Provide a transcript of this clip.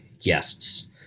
guests